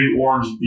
orange